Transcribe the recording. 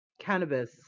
cannabis